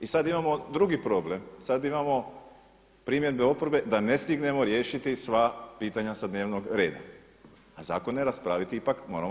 I sad imamo drugi problem, sad imamo primjedbe oporbe da ne stignemo riješiti sva pitanja sa dnevnog reda, a zakone raspraviti ipak moramo.